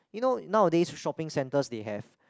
you know nowadays shopping centres they have